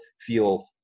feel